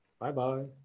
Bye-bye